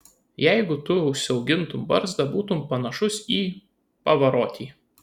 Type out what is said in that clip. jeigu tu užsiaugintum barzdą būtum panašus į pavarotį